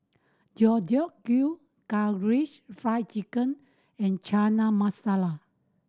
Deodeok Gui Karaage Fried Chicken and Chana Masala